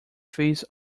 face